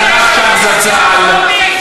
נא לא להפריע.